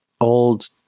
old